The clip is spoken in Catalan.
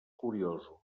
curiosos